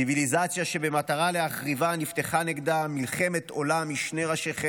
ציביליזציה שבמטרה להחריבה נפתחה נגדה מלחמת עולם משני ראשי חץ,